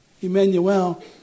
Emmanuel